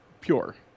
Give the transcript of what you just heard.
pure